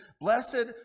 blessed